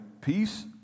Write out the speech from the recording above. peace